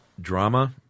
drama